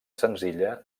senzilla